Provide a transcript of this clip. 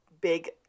big